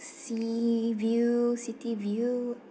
sea view city view